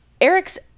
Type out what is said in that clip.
Eric's